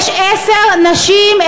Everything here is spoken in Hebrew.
יש עשר נשים,